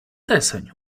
deseń